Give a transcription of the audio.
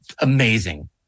amazing